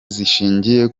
zishingiye